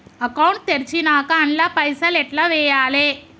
Account తెరిచినాక అండ్ల పైసల్ ఎట్ల వేయాలే?